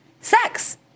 sex